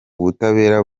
ubutabera